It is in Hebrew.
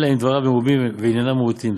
אלא אם דבריו מרובים וענייניו מעוטים.